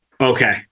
Okay